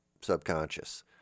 subconscious